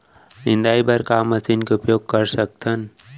निंदाई बर का मशीन के उपयोग कर सकथन?